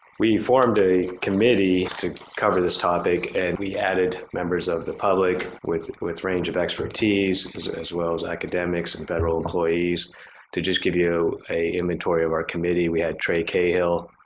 we formed a committee to cover this topic and we added members of the public with with range of expertise as well as academics and federal employees to just give you a inventory of our committee. we had trey cahill,